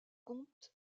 compte